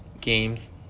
Games